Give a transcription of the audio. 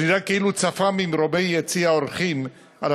אך נראה כאילו צפה ממרומי יציע האורחים על